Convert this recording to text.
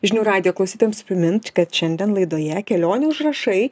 žinių radijo klausytojams primint kad šiandien laidoje kelionių užrašai